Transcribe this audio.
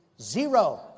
zero